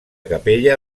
capella